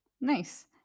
nice